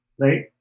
Right